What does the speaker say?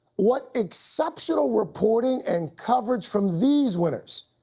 what exceptional reporting and coverage from these winners.